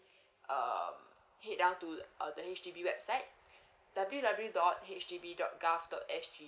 um head down to uh the H_D_B website W W dot H D B dot gov dot S G